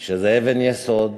שזה אבן יסוד,